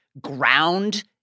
ground